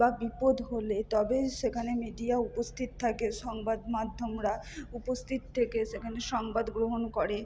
বা বিপদ হলে তবে সেখানে মিডিয়া উপস্থিত থাকে সংবাদমাধ্যমরা উপস্থিত থেকে সেখানে সংবাদ গ্রহণ করে